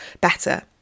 better